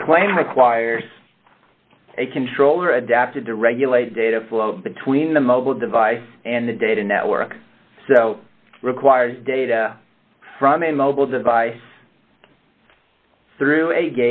the claim requires a controller adapted to regulate data flow between the mobile device and the data network requires data from a mobile device through a